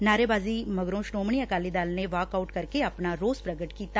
ਨਾਰੇਬਾਜ਼ੀ ਮਗਰੋਂ ਸ੍ਰੋਮਣੀ ਅਕਾਲੀ ਦਲ ਨੇ walk out ਕਰਕੇ ਆਪਣਾ ਰੋਸ ਪੁਗਟ ਕੀਤਾ